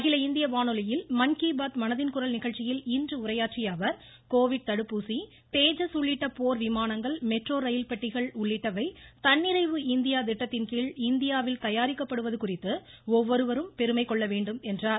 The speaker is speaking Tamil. அகில இந்திய வானொலியில் மன் கி பாத் மனதின் குரல் நிகழ்ச்சியில் இன்று உரையாற்றிய அவர் கோவிட் தடுப்பூசி தேஜஸ் உள்ளிட்ட போர் விமானங்கள் மெட்ரோ ரயில் பெட்டிகள் உள்ளிட்டவை தன்னிறைவு இந்தியா திட்டத்தின்கீழ் இந்தியாவில் தயாரிக்கப்படுவது குறித்து ஒவ்வொருவரும் பெருமை கொள்ள வேண்டும் என்றார்